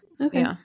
Okay